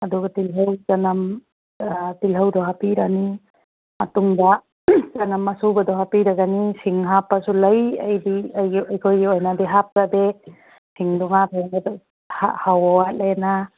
ꯑꯗꯨꯒ ꯇꯤꯜꯍꯧ ꯆꯅꯝ ꯇꯤꯜꯍꯧꯗꯨ ꯍꯥꯞꯄꯤꯔꯅꯤ ꯃꯇꯨꯡꯗ ꯆꯅꯝ ꯑꯁꯨꯕꯗꯨ ꯍꯥꯞꯄꯤꯔꯒꯅꯤ ꯁꯤꯡ ꯍꯥꯞꯄꯁꯨ ꯂꯩ ꯑꯩꯗꯤ ꯑꯩꯈꯣꯏꯒꯤ ꯑꯣꯏꯅꯗꯤ ꯍꯥꯞꯆꯗꯦ ꯁꯤꯡꯗꯨ ꯉꯥ ꯊꯣꯡꯕꯗ ꯍꯥꯎꯕ ꯋꯥꯠꯂꯦꯅ